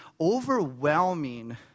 overwhelming